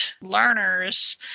learners